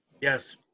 Yes